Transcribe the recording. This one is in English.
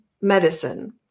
medicine